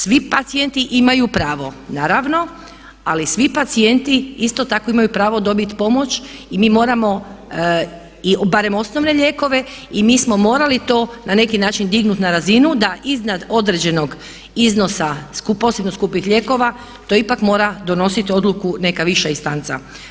Svi pacijenti imaju pravo naravno, ali svi pacijenti isto tako imaju pravo dobiti pomoć i mi moramo, barem osnovne lijekove, i mi smo morali to na neki način dignuti na razinu da iznad određenog iznosa posebno skupih lijekova to ipak mora donositi odluku neka više instanca.